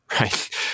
right